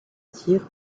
tir